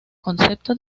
concepto